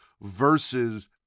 versus